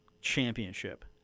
Championship